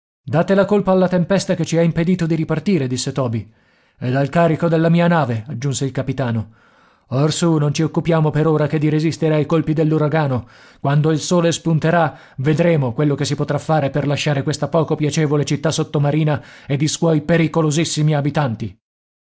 date la colpa alla tempesta che ci ha impedito di ripartire disse toby ed al carico della mia nave aggiunse il capitano orsù non ci occupiamo per ora che di resistere ai colpi dell'uragano quando il sole spunterà vedremo quello che si potrà fare per lasciare questa poco piacevole città sottomarina ed i suoi pericolosissimi abitanti